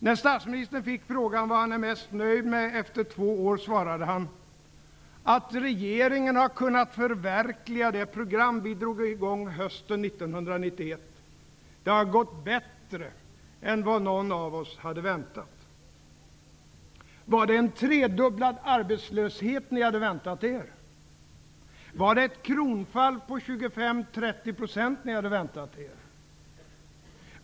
När statsministern fick frågan vad han är mest nöjd med efter två år svarade han: ''Att regeringen har kunnat förverkliga det program som vi drog igång hösten 1991. Det har gått bättre än vad någon av oss hade förväntat.'' Var det en tredubblad arbetslöshet ni hade väntat er? Var det ett kronfall på 25--30 % ni hade väntat er?